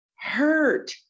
hurt